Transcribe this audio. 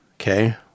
Okay